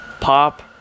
Pop